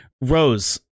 Rose